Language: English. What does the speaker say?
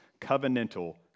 covenantal